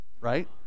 right